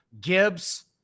Gibbs